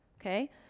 Okay